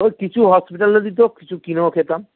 ওই কিছু হসপিটালে দিতো কিছু কিনেও খেতাম